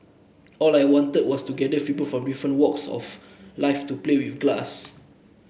all I wanted was to gather people from different walks of life to play with glass